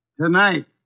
Tonight